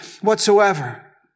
whatsoever